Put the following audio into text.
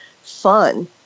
fun